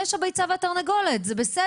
הבעיה היא בעיה שצריך לטפל בה,